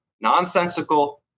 nonsensical